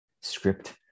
script